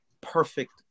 perfect